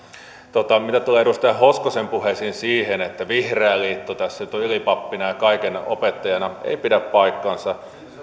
mitä tulee edustaja hoskosen puheisiin siitä että vihreä liitto tässä nyt on ylipappina ja kaiken opettajana niin ei pidä paikkaansa